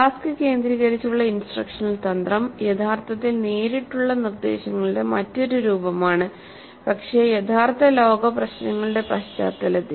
task കേന്ദ്രീകരിച്ചുള്ള instructional തന്ത്രം യഥാർത്ഥത്തിൽ നേരിട്ടുള്ള നിർദ്ദേശങ്ങളുടെ മറ്റൊരു രൂപമാണ് പക്ഷേ യഥാർത്ഥ ലോക പ്രശ്നങ്ങളുടെ പശ്ചാത്തലത്തിൽ